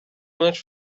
much